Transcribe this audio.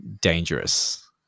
dangerous